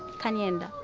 kanyenda?